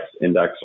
index